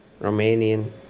Romanian